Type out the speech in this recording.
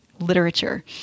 literature